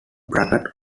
bracket